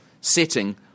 setting